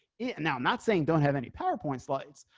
yeah and now not saying don't have any powerpoint slides.